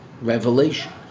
revelation